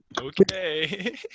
Okay